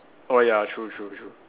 oh ya true true true